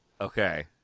okay